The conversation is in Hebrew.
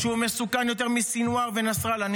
שהוא מסוכן יותר מסנוואר ונסראללה -- תודה רבה.